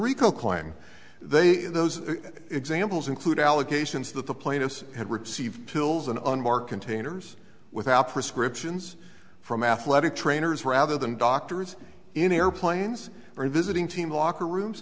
rico claim they in those examples include allegations that the plaintiffs had received pills and unbar containers without prescriptions from athletic trainers rather than doctors in airplanes or in visiting team locker rooms